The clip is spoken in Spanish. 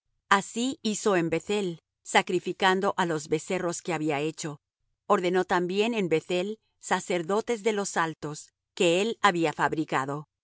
así hizo en beth-el sacrificando á los becerros que había hecho ordenó también en beth-el sacerdotes de los altos que él había fabricado